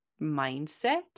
mindset